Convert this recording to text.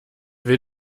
will